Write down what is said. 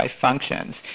functions